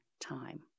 time